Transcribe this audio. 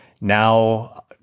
Now